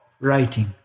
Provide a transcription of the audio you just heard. writing